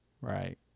right